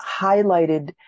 highlighted